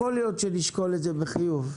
יכול להיות שנשקול את זה בחיוב.